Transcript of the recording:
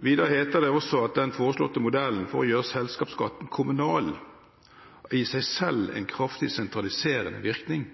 Videre står det i merknadene at den foreslåtte modellen for å gjøre selskapsskatten kommunal i seg selv har «en kraftig sentraliserende virkning».